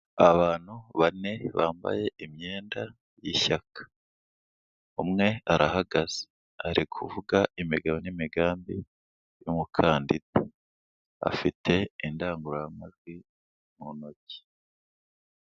Abantu bane bambaye imyenda y'ishyaka, umwe arahagaze, ari kuvuga imigabo n'imigambi y'umukandida, afite indangururamajwi mu ntoki.